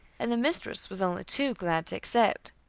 and the mistress was only too glad to accept.